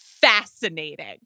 fascinating